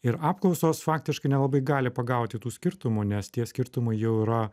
ir apklausos faktiškai nelabai gali pagauti tų skirtumų nes tie skirtumai jau yra